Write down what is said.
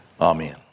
Amen